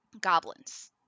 goblins